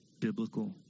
Biblical